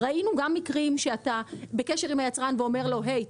ראינו גם מקרים שהיבואן אומר ליצרן: "הי,